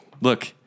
look